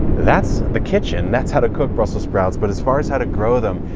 that's the kitchen. that's how to cook brussels sprouts. but as far as how to grow them,